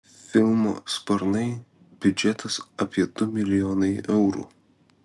filmo sparnai biudžetas apie du milijonai eurų